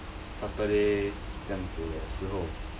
saturday 这样子的时候